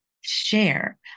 share